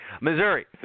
Missouri